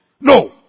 No